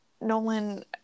Nolan